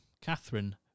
Catherine